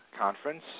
conference